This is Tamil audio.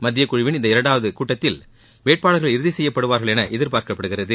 மத்தியக் குழுவின் இந்த இரண்டாவது கூட்டத்தில் வேட்பாளர்கள் இறுதி செய்யப்படுவார்கள் என எதிர்பார்க்கப்படுகிறது